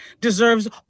deserves